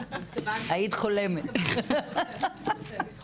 אני חושבת ששמו לי סמים ולא